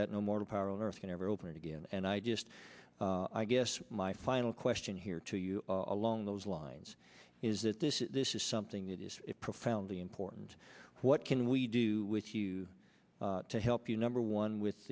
that no more power on earth can ever open again and i just i guess my final question here to you along those lines is that this is this is something that is profoundly important what can we do with you to help you number one with